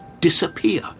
Disappear